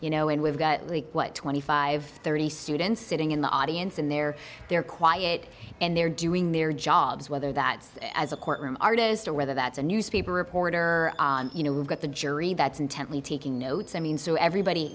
you know and we've got leaked what twenty five thirty students sitting in the audience and they're they're quiet and they're doing their jobs whether that as a courtroom artist or whether that's a newspaper reporter on you know we've got the jury that's intently taking notes i mean so everybody